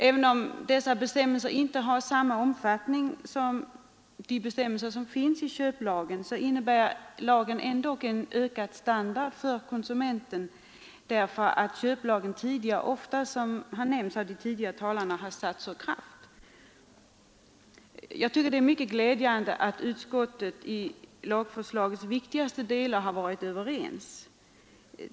Även om dessa bestämmelser inte har samma omfattning som de bestämmelser som nu finns i köplagen innebär lagen ändå en förbättring för konsumenten, därför att den tidigare köplagen som nämnts ofta har satts ur kraft. Jag tycker det är mycket glädjande att man i utskottet i lagförslagets viktigaste delar har varit överens.